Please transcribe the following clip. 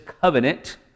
covenant